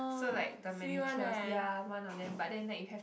so like the managers ya one of them but then like you to